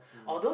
mm